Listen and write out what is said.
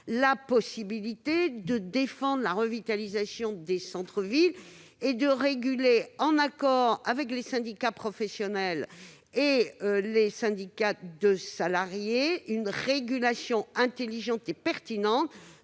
la possibilité de défendre la revitalisation des centres-villes et de mettre en place, en accord avec les syndicats professionnels et les syndicats de salariés, une régulation intelligente et pertinente